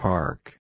Park